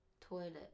Toilet